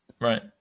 right